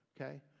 okay